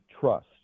trust